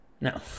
No